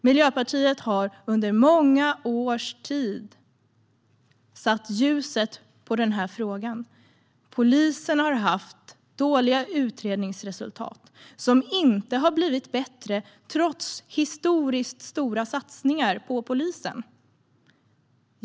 Miljöpartiet har under många års tid satt ljuset på denna fråga. Polisen har haft dåliga utredningsresultat som inte har blivit bättre, trots historiskt stora satsningar på polisen.